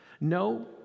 No